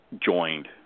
joined